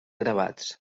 gravats